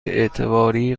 اعتباری